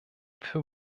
für